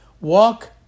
Walk